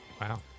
wow